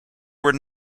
were